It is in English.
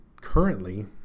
currently